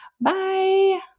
Bye